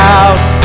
out